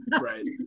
right